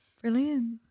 brilliant